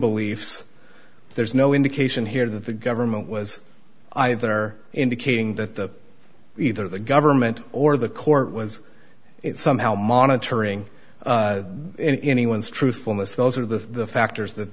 beliefs there's no indication here that the government was either indicating that the either the government or the court was somehow monitoring in anyone's truthfulness those are the factors tha